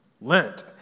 Lent